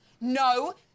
no